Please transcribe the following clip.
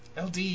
LD